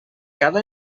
cada